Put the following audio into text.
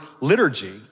liturgy